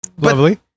lovely